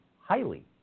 highly